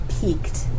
peaked